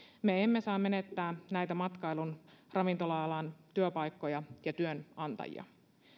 me emme saa menettää näitä matkailun ja ravintola alan työpaikkoja ja työnantajia